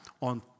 on